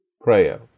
prayer